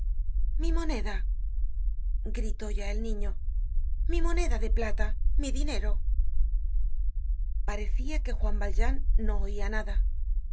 mi moneda gritó ya el niño mi moneda de plata mi dinero parecia que juan valjean no oia nada